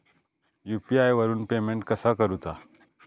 UPI वरून payment कसा करूचा?